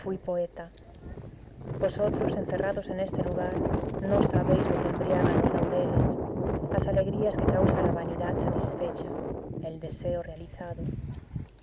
fui poeta vosotros encerrados en este lugar no sabéis lo que embriagan los laureles las alegrías que causa la vanidad satisfecha el deseo realizado